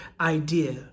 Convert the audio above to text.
idea